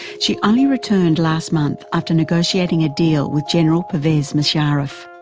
she only returned last month after negotiating a deal with general pervez musharraf.